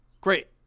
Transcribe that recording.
Great